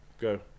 Go